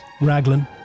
Raglan